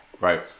Right